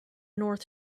north